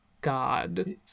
god